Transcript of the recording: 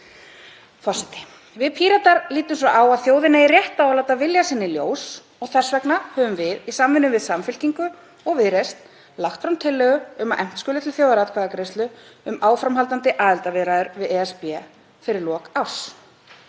Við Píratar lítum svo á að þjóðin eigi rétt á að láta vilja sinn í ljós og þess vegna höfum við, í samvinnu við Samfylkingu og Viðreisn, lagt fram tillögu um að efnt skuli til þjóðaratkvæðagreiðslu um áframhaldandi aðildarviðræður við ESB fyrir lok árs.